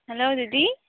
hello ᱫᱤᱫᱤ